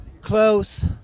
close